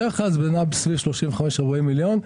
בדרך כלל נע בין 35, 40 מיליון.